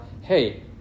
hey